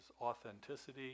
authenticity